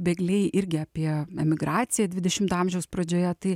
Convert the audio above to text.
bėgliai irgi apie emigraciją dvidešimto amžiaus pradžioje tai